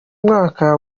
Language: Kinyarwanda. mwaka